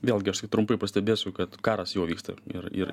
vėlgi aš taip trumpai pastebėsiu kad karas jau vyksta ir ir